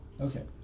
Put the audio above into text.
Okay